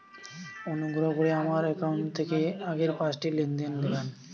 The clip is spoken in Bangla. অনুগ্রহ করে আমার অ্যাকাউন্ট থেকে আগের পাঁচটি লেনদেন দেখান